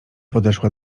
podeszła